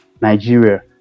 Nigeria